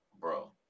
bro